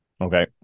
Okay